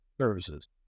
Services